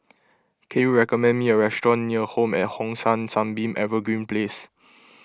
can you recommend me a restaurant near Home at Hong San Sunbeam Evergreen Place